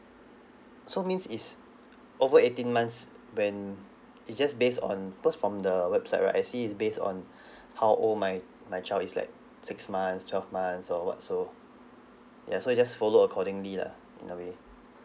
so means it's over eighteen months when it's just based on because from the website right I see it's based on how old my my child is like six months twelve months or what so ya so it just follow accordingly lah in a way